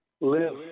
live